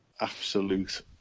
Absolute